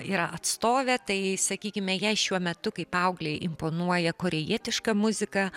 yra atstovė tai sakykime jai šiuo metu kaip paauglei imponuoja korėjietiška muzika